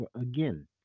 again